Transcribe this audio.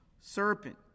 serpent